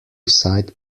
side